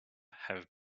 have